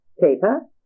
paper